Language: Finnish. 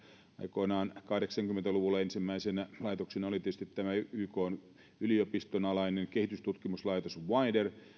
aikoinaan kahdeksankymmentä luvulla ensimmäisenä laitoksena oli tietysti ykn yliopiston alainen kehitystutkimuslaitos wider